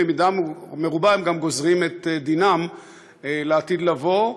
במידה מרובה הם גם גוזרים את דינם לעתיד לבוא,